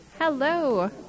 Hello